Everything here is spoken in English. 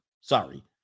Sorry